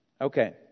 Okay